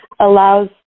allows